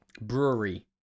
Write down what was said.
Brewery